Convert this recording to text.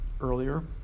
Earlier